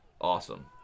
awesome